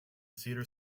cedar